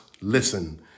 listen